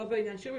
לא בעניין שירביט,